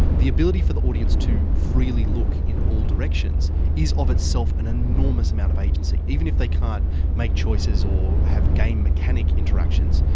the ability for the audience to freely look in all directions is of itself an enormous amount of agency. even if they can't make choices or have game mechanic interactions,